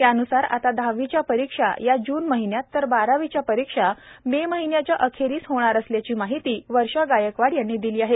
त्यान्सार आता दहावीच्या परीक्षा या जून महिन्यात तर बारावीच्या परीक्षा मे महिन्याच्या अखेरीस होणार असल्याची माहिती वर्षा गायकवाड यांनी दिली आहे